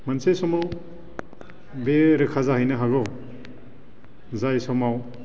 मोनसे समाव बे रोखा जाहैनो हागौ जाय समाव